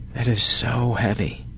that is so heavy.